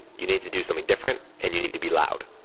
you need to do something different and you need to be loud.